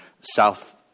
South